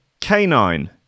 Canine